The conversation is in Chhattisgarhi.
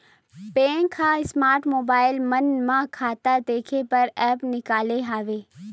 बेंक ह स्मार्ट मोबईल मन म खाता देखे बर ऐप्स निकाले हवय